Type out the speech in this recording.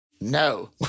No